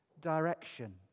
direction